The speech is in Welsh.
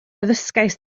ddysgaist